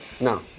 No